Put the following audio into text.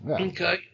Okay